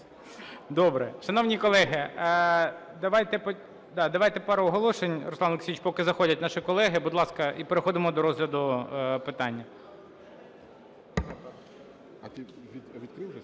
Добре. Шановні колеги, давайте пару оголошень, Руслане Олексійовичу, поки заходять наші колеги, будь ласка, і переходимо до розгляду питання. 12:38:30